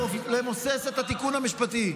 למוסס את התיקון המשפטי.